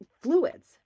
fluids